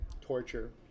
torture